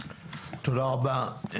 תודה רבה.